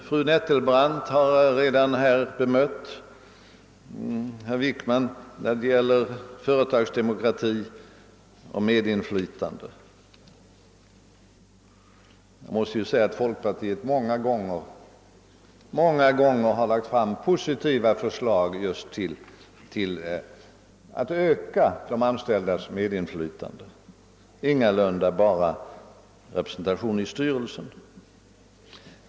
Fru Nettelbrandt har redan bemött herr Wickman när det gäller företagsdemokrati och medinfly tande. Jag vill bara understryka att folkpartiet många gånger har lagt fram positiva förslag som syftat just till att öka de anställdas medinflytande — det har ingalunda bara gällt representation i styrelserna.